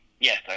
Yes